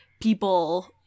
people